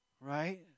Right